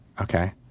Okay